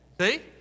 See